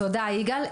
תודה, יגאל.